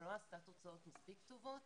אבל לא עשתה תוצאות מספיק טובות